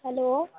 hello